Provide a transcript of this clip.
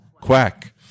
quack